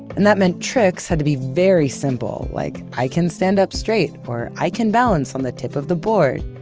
and that meant tricks had to be very simple, like i can stand up straight or i can balance on the tip of the board.